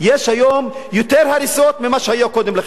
יש היום יותר הריסות ממה שהיה קודם לכן.